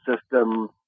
system